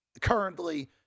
Currently